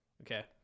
Okay